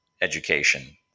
education